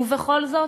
ובכל זאת,